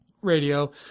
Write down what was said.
Radio